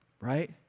right